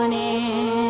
and a